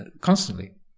constantly